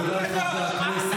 אוי אוי אוי, העם שלך.